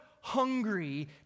hungry